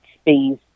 space